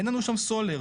אין לנו שם סולר.